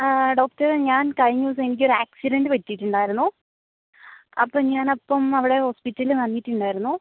ആ ഡോക്ടറെ ഞാൻ കഴിഞ്ഞ ദിവസം എനിക്കൊരു ആക്സിഡൻറ്റ് പറ്റിയിട്ടുണ്ടായിരുന്നു അപ്പം ഞാനപ്പം അവിടെ ഹോസ്പിറ്റലിൽ വന്നിട്ടുണ്ടായിരുന്നു